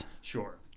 sure